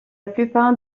plupart